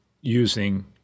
using